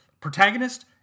protagonist